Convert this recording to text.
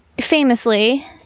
famously